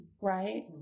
right